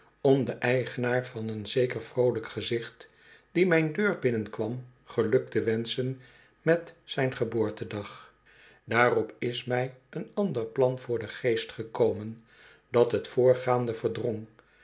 om den eigenaar van een zeker vroolijk gezicht die mijn deur binnenkwam geluk te wenschen met zijn geboortedag daarop is mij een ander plan voor den geest gekomen dat t voorgaande verdrong